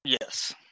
Yes